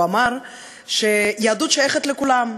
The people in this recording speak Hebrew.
הוא אמר שהיהדות שייכת לכולם.